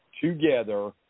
together